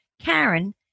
Karen